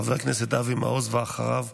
חבר הכנסת אבי מעוז, ואחריו,